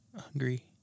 hungry